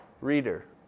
reader